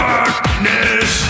Darkness